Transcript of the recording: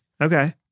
Okay